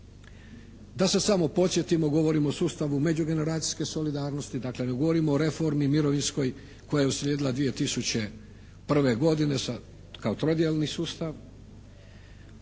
Da se samo podsjetimo, govorimo o sustavu međugeneracijske solidarnosti dakle ne govorimo o reformi mirovinskoj koja je usljedila 2001. godine kao trodjelni sustav,